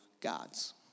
God's